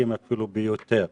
מובהקים אפילו ביותר,